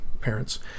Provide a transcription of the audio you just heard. parents